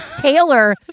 Taylor